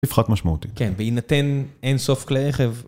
פחות משמעותית. כן, בהינתן אין סוף כלי רכב.